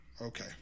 Okay